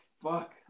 Fuck